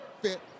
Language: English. fit